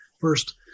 first